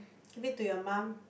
give it to your mum